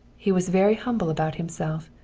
he was very humble about himself,